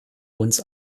uns